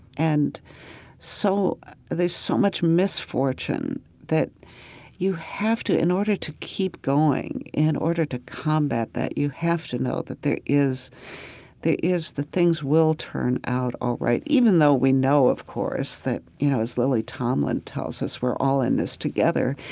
and so there's so much misfortune that you have to in order to keep going in order to combat that you have to know that there is that things will turn out all right, even though we know, of course, that you know, as lily tomlin tells us, we're all in this together.